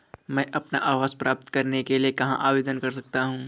मैं अपना आवास प्राप्त करने के लिए कहाँ आवेदन कर सकता हूँ?